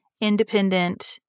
independent